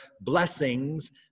blessings